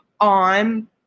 on